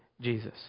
Jesus